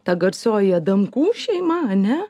ta garsioji adamkų šeima ar ne